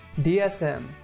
DSM